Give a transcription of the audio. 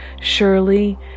surely